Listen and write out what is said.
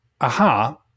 aha